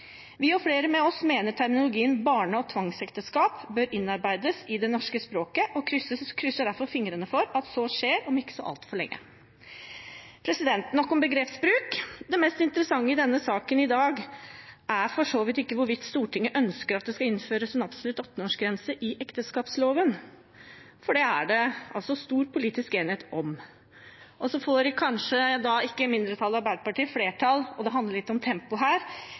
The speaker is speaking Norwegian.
Vi og flere med oss mener terminologien «barne- og tvangsekteskap» bør innarbeides i det norske språket, og krysser derfor fingrene for at så skjer om ikke altfor lenge. Nok om begrepsbruk. Det mest interessante i denne saken i dag er for så vidt ikke hvorvidt Stortinget ønsker at det skal innføres en absolutt 18-årsgrense i ekteskapsloven, for det er det stor politisk enighet om. Så får kanskje ikke mindretallet og Arbeiderpartiet flertall, og det handler litt om tempo her,